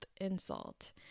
insult